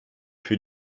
für